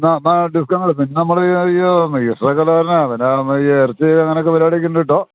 എന്നാല് എന്നാല് ഡിസ്കൗണ്ട് ഇന്നു നമ്മള് ഇത്രയൊക്കെ വില പറഞ്ഞാല് പിന്നെ നമ്മളീ ഇറച്ചി അങ്ങനെയൊക്കെ പരിപാടിയെക്കെ ഉണ്ട് കെട്ടോ